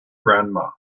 grandma